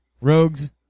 Rogues